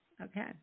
Okay